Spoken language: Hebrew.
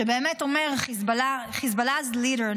שבאמת אומר:Hezbollah’s leader,